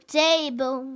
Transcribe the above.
table